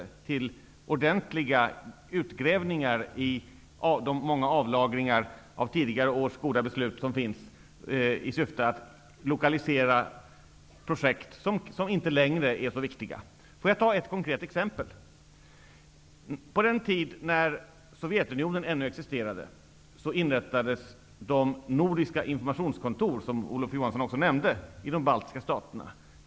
Då kan det bli ordentliga utgrävningar av de många avlagringar av tidigare års goda beslut som finns i syfte att lokalisera projekt som inte längre är så viktiga. Jag tar ett konkret exempel. När Sovjetunionen ännu existerade inrättades nordiska informationskontor, som Olof Johansson också nämnde, i de baltiska staterna.